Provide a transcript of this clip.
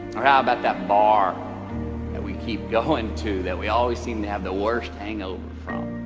or how about that bar that we keep going to, that we always seem to have the worst hangover from?